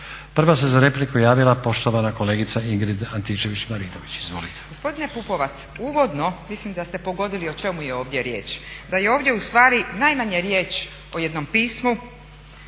Prva se za repliku javila poštovana kolegica Ingrid Antičević-Marinović. Izvolite. **Antičević Marinović, Ingrid (SDP)** Gospodine PUpovac, uvodno mislim da ste pogodili o čemu je ovdje riječ, da je ovdje ustvari najmanje riječ o jednom pismu,